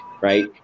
right